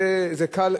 זה קל,